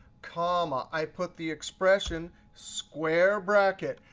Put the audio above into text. comma, i put the expression. square bracket,